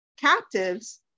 captives